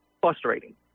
frustrating